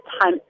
time